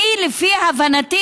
לפי הבנתי,